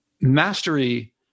mastery